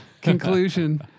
conclusion